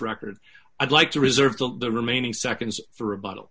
record i'd like to reserve the remaining seconds for a bottle